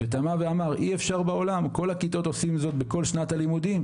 תמה ואמר, "כל הכיתות עושות זאת בכל שנת לימודים,